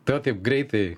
tai va taip greitai